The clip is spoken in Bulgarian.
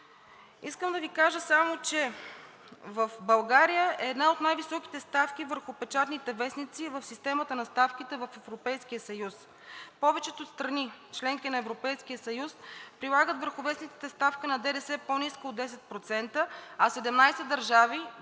Искам да Ви кажа само, че в България е една от най-високите ставки върху печатните вестници и в система на ставките в Европейския съюз. Повечето страни – членки на Европейския съюз, прилагат върху вестниците ставки на ДДС по-ниски от 10%, а 17 държави